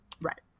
Right